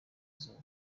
izuba